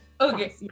Okay